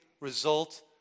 result